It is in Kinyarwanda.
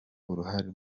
uruhare